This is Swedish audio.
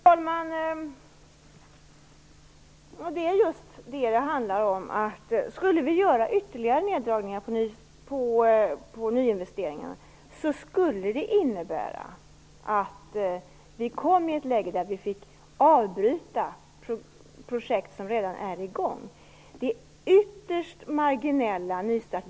Fru talman! Det är just det som det handlar om. Skulle vi göra ytterligare neddragningar på nyinvesteringarna skulle det innebära att vi kom i ett läge där vi fick avbryta projekt som redan är i gång. Nystarterna är ytterst marginella.